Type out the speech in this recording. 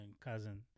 cousin